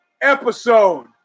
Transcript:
Episode